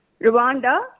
Rwanda